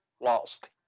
lost